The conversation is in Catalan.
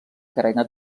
carena